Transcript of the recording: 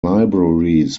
libraries